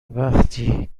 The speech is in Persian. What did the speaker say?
وقتی